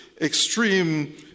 extreme